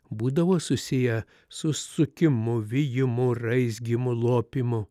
būdavo susiję su sukimu vijimu raizgymu lopymu